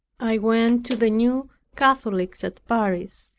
i went to the new catholics at paris,